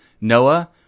Noah